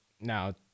now